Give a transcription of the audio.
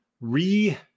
re-